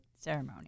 ceremony